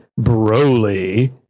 Broly